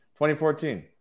2014